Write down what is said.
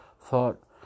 thought